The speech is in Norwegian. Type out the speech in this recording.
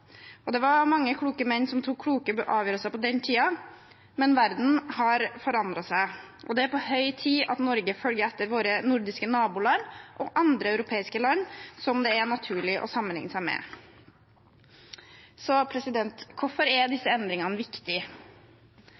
og det var mange kloke menn som tok kloke avgjørelser på den tiden. Men verden har forandret seg, og det er på høy tid at Norge følger etter våre nordiske naboland og andre europeiske land som det er naturlig å sammenligne seg med. Hvorfor er disse endringene